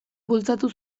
bultzatu